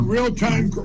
Real-time